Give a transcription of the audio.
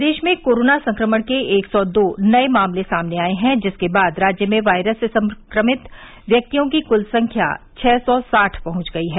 प्रदेश में कोरोना संक्रमण के एक सौ दो नये मामले सामने आये हैं जिसके बाद राज्य में वायरस से संक्रमित व्यक्तियों की कुल संख्या छः सौ साठ पहुंच गई है